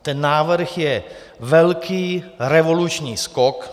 Ten návrh je velký, revoluční skok.